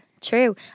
True